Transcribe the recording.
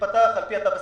להיפתח על פי התו הסגול.